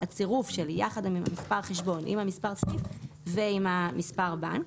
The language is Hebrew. הצירוף של מספר חשבון עם מספר הסניף ועם מספר הבנק,